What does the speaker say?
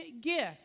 gift